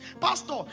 Pastor